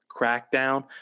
crackdown